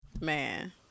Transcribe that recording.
Man